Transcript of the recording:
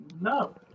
No